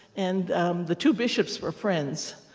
and the two bishops were friends,